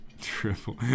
Triple